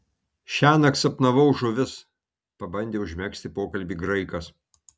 šiąnakt sapnavau žuvis pabandė užmegzti pokalbį graikas